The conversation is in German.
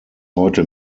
heute